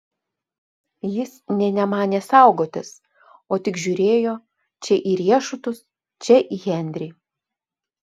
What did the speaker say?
jis nė nemanė saugotis o tik žiūrėjo čia į riešutus čia į henrį